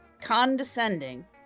condescending